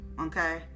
okay